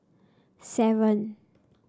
seven